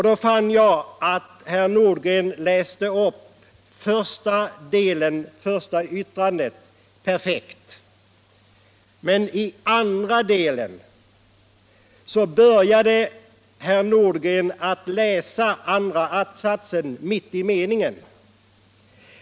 Då fann jag att herr Nordgren läste upp första delen av yttrandet perfekt. Men i andra delen började herr Nordgren att läsa andra att-satsen mitt i meningen.